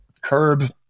curb